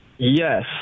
Yes